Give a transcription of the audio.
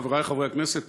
חברי חברי הכנסת,